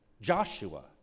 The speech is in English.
Joshua